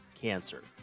cancer